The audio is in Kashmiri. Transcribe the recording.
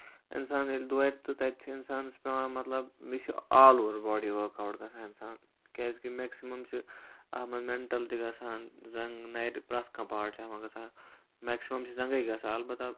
اِنسان ییٚلہِ دورِ تہٕ تَتہِ چھُ پیوان اِنسانَس مطلب مےٚ چھُ all over body work out گژھان کیازِ کہِ میکسِمَم چھُ اَتھ منٛز مینٹَل تہِ گژھان زَننگ نَرِ پرٮ۪تھ پارٹ چھُ اَتھ منٛز گژھان میکسِمَم چھِ زَنگَے گژھان اَلبتہ